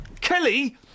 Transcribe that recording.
Kelly